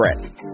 threat